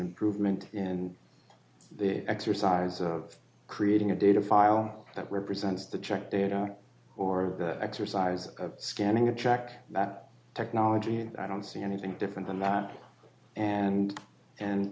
improvement in the exercise of creating a data file that represents the check to or the exercise of scanning a check that technology and i don't see anything different than that and and